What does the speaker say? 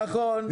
נכון.